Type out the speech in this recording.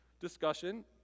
discussion